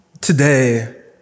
today